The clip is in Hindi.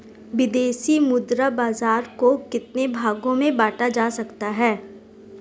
विदेशी मुद्रा बाजार को कितने भागों में बांटा जा सकता है?